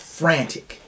frantic